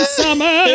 summer